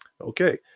Okay